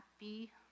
happy